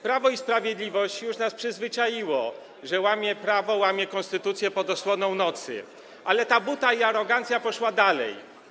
Prawo i Sprawiedliwość już nas przyzwyczaiło, że łamie prawo, łamie konstytucję pod osłoną nocy, ale ta buta i arogancja poszły dalej.